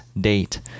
date